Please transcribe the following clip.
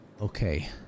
okay